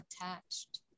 attached